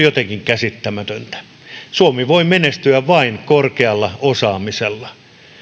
jotenkin käsittämätöntä suomi voi menestyä vain korkealla osaamisella